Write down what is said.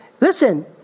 Listen